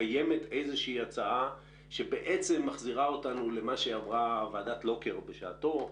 קיימת איזשהו הצעה שבעצם מחזירה אותנו למה שאמרה ועדת לוקר בשעתו,